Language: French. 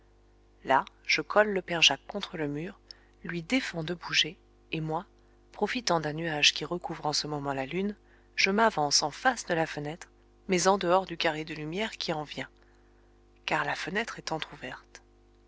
là je colle le père jacques contre le mur lui défends de bouger et moi profitant d'un nuage qui recouvre en ce moment la lune je m'avance en face de la fenêtre mais en dehors du carré de lumière qui en vient car la fenêtre est entr'ouverte